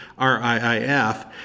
RIIF